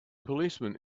policeman